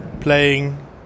playing